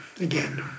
again